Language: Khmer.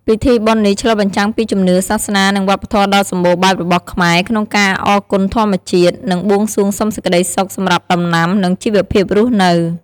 ពិធីបុណ្យនេះឆ្លុះបញ្ចាំងពីជំនឿ សាសនា និងវប្បធម៌ដ៏សម្បូរបែបរបស់ខ្មែរក្នុងការអរគុណធម្មជាតិ និងបួងសួងសុំសេចក្តីសុខសម្រាប់ដំណាំ និងជីវភាពរស់នៅ។